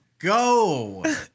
Go